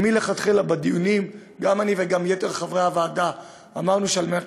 מלכתחילה בדיונים גם אני וגם יתר חברי הוועדה אמרנו שעל מנת